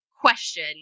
question